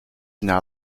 now